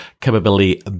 capability